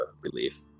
relief